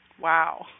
Wow